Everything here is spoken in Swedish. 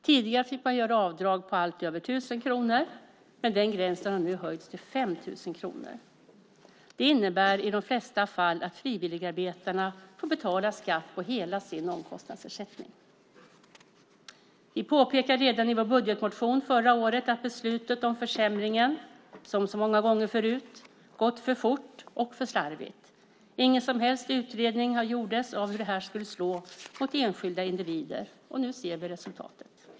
Tidigare fick man göra avdrag för allt över 1 000 kronor, men den gränsen har nu höjts till 5 000 kronor. Det innebär i de flesta fall att frivilligarbetarna får betala skatt på hela sin omkostnadsersättning. Redan i vår budgetmotion förra året påpekade vi att beslutet om försämringen, som så många gånger tidigare, gått för fort och varit för slarvigt. Ingen som helst utredning gjordes av hur det skulle slå mot enskilda individer. Nu ser vi resultatet.